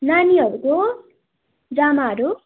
नानीहरूको जामाहरू